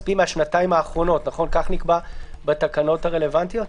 מהשנתיים האחרונות, כך נקבע בתקנות הרלוונטיות.